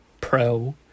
Pro